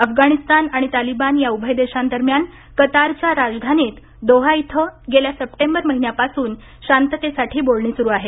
अफगाणिस्तान आणि तालिबान या उभय देशांदरम्यान कतारच्या राजधानीत दोहा इथं गेल्या सप्टेंबर महिन्यापासून शांततेसाठी बोलणी सुरू आहेत